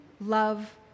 love